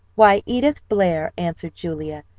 why edith blair, answered julia,